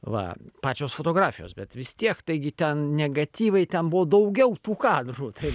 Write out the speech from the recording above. va pačios fotografijos bet vis tiek taigi ten negatyvai ten buvo daugiau tų kadrų tai